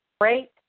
great